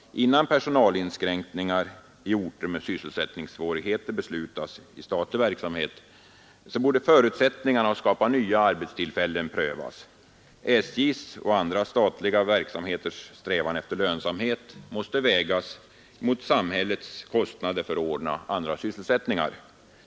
Innan personalinskränkningar i orter med sysselsättningssvårigheter beslutas i statlig verksamhet borde förutsättningarna att skaffa nya arbetstillfällen prövas. SJ:s och övriga statliga verksamheters strävan efter lönsamhet måste vägas mot samhällets kostnader för att ordna andra sysselsättningar.